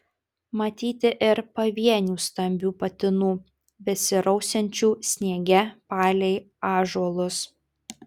matyti ir pavienių stambių patinų besirausiančių sniege palei ąžuolus